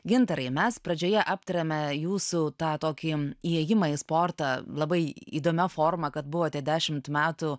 gintarai mes pradžioje aptarėme jūsų tą tokį įėjimą į sportą labai įdomia forma kad buvote dešimt metų